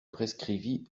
prescrivit